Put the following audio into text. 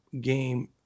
game